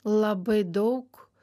labai daug